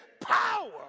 power